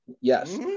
Yes